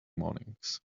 mornings